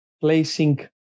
placing